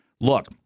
Look